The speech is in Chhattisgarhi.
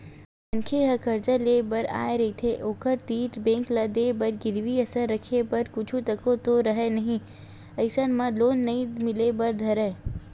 मनखे ह करजा लेय बर आय रहिथे ओखर तीर बेंक ल देय बर गिरवी असन रखे बर कुछु तको तो राहय नइ अइसन म लोन नइ मिले बर धरय